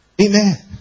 Amen